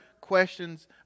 questions